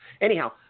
Anyhow